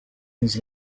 his